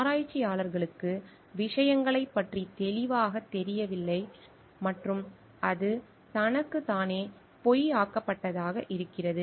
ஆராய்ச்சியாளருக்கு விஷயங்களைப் பற்றி தெளிவாகத் தெரியவில்லை மற்றும் அது தனக்குத் தானே பொய்யாக்கப்பட்டதாக இருக்கிறது